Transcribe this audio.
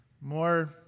more